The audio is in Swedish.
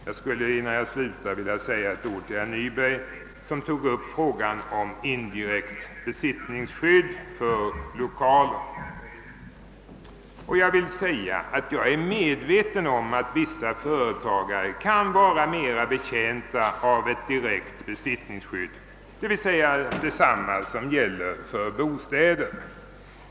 Jag skulle innan jag slutar vilja säga ett ord till herr Nyberg som tog upp frågan om indirekt besittningsskydd för lokaler. Jag vill säga att jag är medveten om att vissa företagare kan vara mera betjänta av ett direkt besittningsskydd, d. v. s. samma skydd som gäller för bostäder.